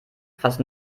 fast